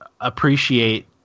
appreciate